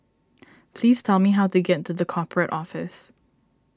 please tell me how to get to the Corporate Office